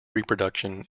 reproduction